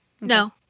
no